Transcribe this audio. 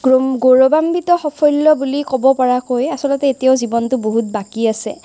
গৌৰৱান্বিত সাফল্য বুলি ক'ব পৰাকৈ আচলতে এতিয়াও জীৱনটো বহুত বাকী আছে